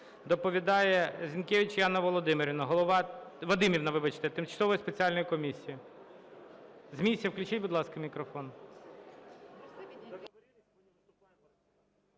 Доповідає Зінкевич Яна Володимирівна - голова, Вадимівна, вибачте, тимчасової спеціальної комісії. З місця включіть, будь ласка, мікрофон.